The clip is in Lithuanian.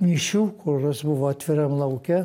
mišių kurios buvo atviram lauke